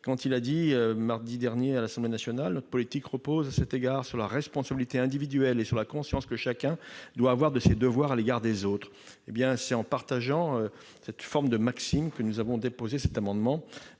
prononcés mardi dernier à l'Assemblée nationale :« Notre politique repose, à cet égard, sur la responsabilité individuelle et sur la conscience que chacun doit avoir de ses devoirs à l'égard des autres. »